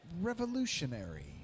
revolutionary